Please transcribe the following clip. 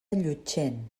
llutxent